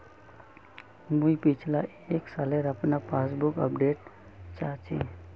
मुई पिछला एक सालेर अपना पासबुक अपडेट चाहची?